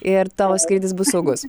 ir tavo skrydis bus saugus